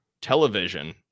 television